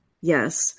Yes